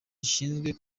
gishinzwe